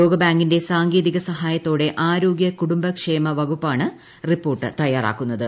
ലോക ബാങ്കിന്റെ സാങ്കേതിക സഹായത്തോടെ ആരോഗ്യ കുടുംബക്ഷേമ വകുപ്പാണ് റിപ്പോർട്ട് തയ്യാറാക്കിയത്